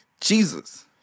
Jesus